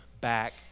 back